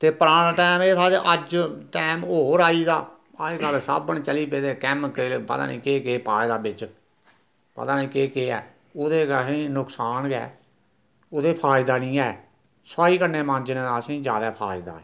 ते पराना टैम एह् हा था के अज्ज टैम होर आई गेदा अज्ज कल्ल साबन चली पेदे कैमिकल पता नी केह् केह् पाए दा बिच पता नी केह् केह् ऐ ओह्दे च असेंगी नुक्सान गै ओह्दे फायदा नी ऐ सोआही कन्नै मांजने दा असें ज्यादा फायदा